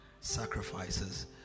sacrifices